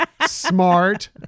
smart